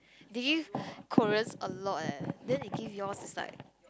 they give Koreans a lot then they give yours is like